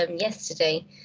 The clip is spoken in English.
yesterday